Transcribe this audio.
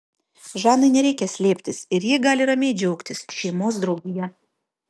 žanai nereikia slėptis ir ji gali ramiai džiaugtis šeimos draugija